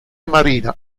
marina